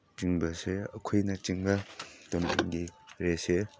ꯆꯤꯡꯕ ꯑꯁꯦ ꯑꯩꯈꯣꯏꯅ ꯆꯤꯡꯗ ꯇꯣꯔꯅꯥꯃꯦꯟꯒꯤ ꯔꯦꯁꯁꯦ